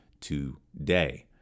today